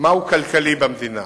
מה כלכלי במדינה.